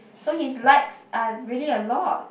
so his likes are really a lot